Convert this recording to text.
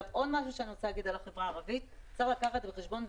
עוד משהו שאני רוצה להגיד על החברה הערבית הוא שצריך לקחת בחשבון,